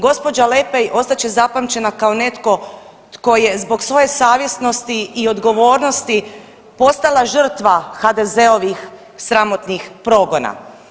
Gospođa Lepaj ostat će zapamćena kao netko tko je zbog svoje savjesnosti i odgovornosti postala žrtva HDZ-ovih sramotnih progona.